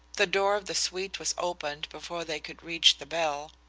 the door of the suite was opened before they could reach the bell.